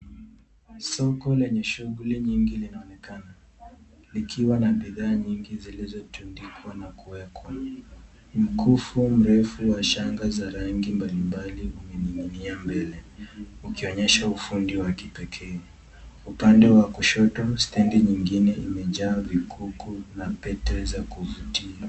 Soko lenye shughuli mingi linaonekana likiwa na bidhaa mingi zilizotundikwa na kuwekwa. Mkufu mrefu wa rangi mbalimbali umening'inia kando ukionyesha ufundi wa kipekee. Upande wa kushoto stedi nyingine imejaa vikukuu na pete za kuvutia.